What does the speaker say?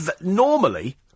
normally